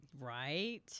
Right